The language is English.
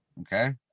okay